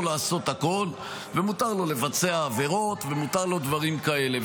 לעשות הכול ומותר לו לבצע עבירות ומותר לו דברים כאלה.